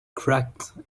cracked